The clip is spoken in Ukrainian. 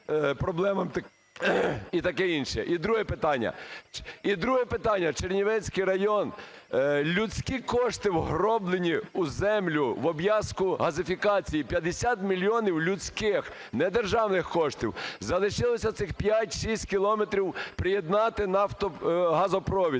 І друге питання. І друге питання: Чернівецький район, людські кошти вгроблені у землю, в обв'язку газифікації, 50 мільйонів людських, недержавних коштів. Залишилося цих 5-6 кілометрів приєднати нафтогазопровід,